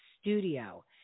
Studio